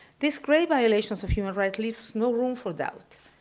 this great violation of human rights leaves no room for doubt.